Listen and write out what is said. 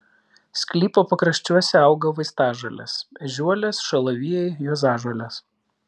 sklypo pakraščiuose auga vaistažolės ežiuolės šalavijai juozažolės